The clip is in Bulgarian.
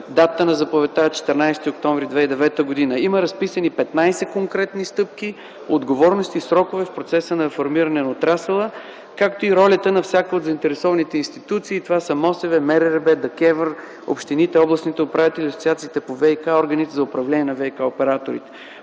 Датата на заповедта е 14 октомври 2009 г. Има разписани 15 конкретни стъпки, отговорности, срокове в процеса на информиране на отрасъла, както и ролята на всяка от заинтересованите институции – това са МОСВ, МРРБ, ДКЕВР, общините, областните управители, Асоциацията по ВиК органите за управление на ВиК-операторите.